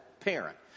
parent